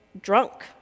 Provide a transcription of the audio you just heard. drunk